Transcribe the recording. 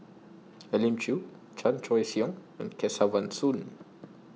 Elim Chew Chan Choy Siong and Kesavan Soon